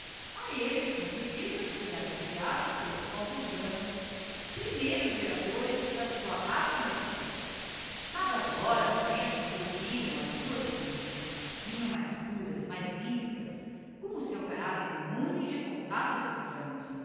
a elles transmittidas e adulteradas pelos povos brancos primeiros geradores da sua raça mestiça mas agora as lendas volviam ás suas origens vinham mais puras mais límpidas com o seu caracter immune de contactos extranhos